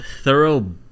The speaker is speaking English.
thorough